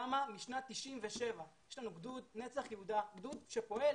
למה משנת 97' יש לנו גדוד נצח יהודה, גדוד שפועל